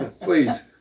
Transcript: Please